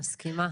נכון, מסכימה.